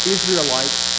Israelites